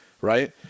right